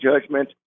judgment